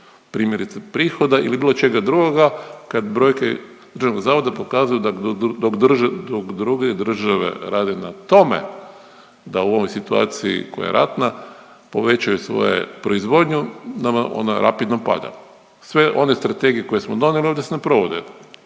primjerice prihoda ili bilo čega drugoga kad brojke državnog zavoda pokazuju dok druge države rade na tome da u ovoj situaciji koja je ratna povećaju svoju proizvodnju ona rapidno pada. Sve one strategije koje smo donijeli one se ne provode,